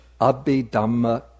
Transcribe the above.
Abhidhamma